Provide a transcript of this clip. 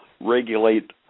regulate